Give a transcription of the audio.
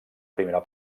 primera